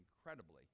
incredibly